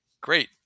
Great